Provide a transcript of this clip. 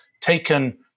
taken